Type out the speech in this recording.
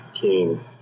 king